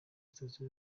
sitasiyo